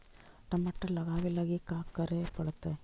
टमाटर लगावे लगी का का करये पड़तै?